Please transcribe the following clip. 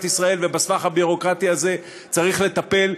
ישראל ובסבך הביורוקרטי הזה צריך לטפל,